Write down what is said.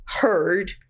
heard